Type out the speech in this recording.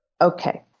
Okay